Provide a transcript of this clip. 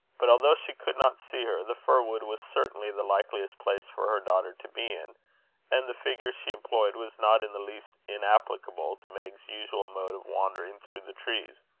but although she could not see her, the fir-wood was certainly the likeliest place for her daughter to be in and the figure she employed was not in the least inapplicable to meg's usual mode of wandering through the trees,